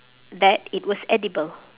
that it was edible